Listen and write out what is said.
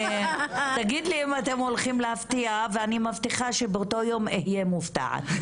תגיד לי אם אתם הולכים להפתיע ואני מבטיחה שבאותו יום אהיה מופתעת.